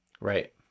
Right